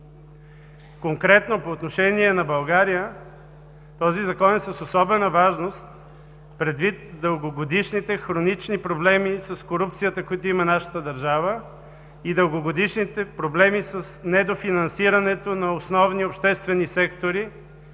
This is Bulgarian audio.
Конкретно. По отношение на България този Закон е с особена важност предвид дългогодишните хронични проблеми с корупцията, които има нашата държава и дългогодишните проблеми с недофинансирането на основни обществени сектори